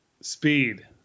speed